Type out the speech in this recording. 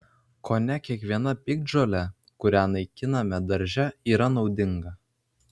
kone kiekviena piktžolė kurią naikiname darže yra naudinga